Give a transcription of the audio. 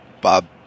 Bob